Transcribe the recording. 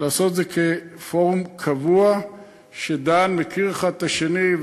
לעשות את זה כפורום קבוע שדן ומכירים בו אחד את השני,